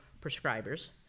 prescribers